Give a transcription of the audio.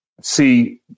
see